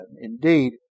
Indeed